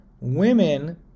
Women